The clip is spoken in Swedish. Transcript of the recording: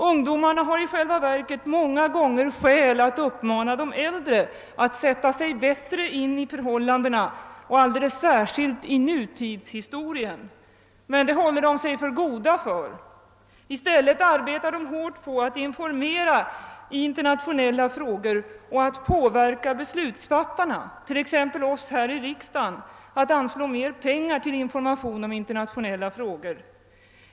Ungdomarna har många gånger skäl att uppmana de äldre att sätta sig bättre in i historien, framför allt nutidshistorien. Men det håller de sig för goda för. I stället arbetar de hårt på att informera om internationella frågor och att påverka beslutsfattarna, t.ex. oss här i riksdagen, att anslå mera pengar till information om internationella frågor.